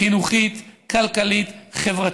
חינוכית, כלכלית, חברתית.